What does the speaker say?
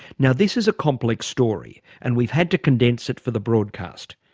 now this is a complex story and we've had to condense it for the broadcast.